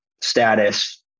status